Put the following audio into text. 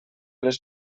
les